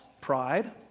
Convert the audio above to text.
pride